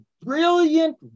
brilliant